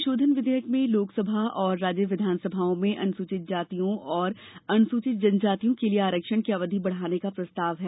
संशोधन विधेयक में लोकसभा तथा राज्य विधानसभाओं में अनुसूचित जातियों और अनुसूचित जनजातियों के लिए आरक्षण की अवधि बढ़ाने का प्रस्ताव है